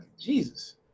Jesus